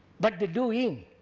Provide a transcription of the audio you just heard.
but the doing.